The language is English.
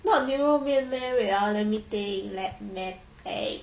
not 牛肉面 meh wait ah let me think let me think